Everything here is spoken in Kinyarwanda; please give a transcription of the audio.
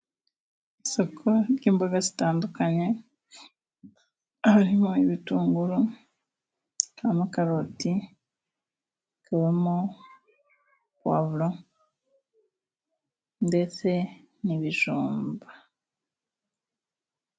Isoko ry'imboga zitandukanye harimo ibitunguru, hakabamo amakaroti, hakabamo puwavuro ndetse n'ibijumba.